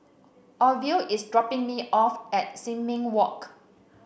Orville is dropping me off at Sin Ming Walk